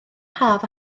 haf